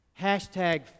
Hashtag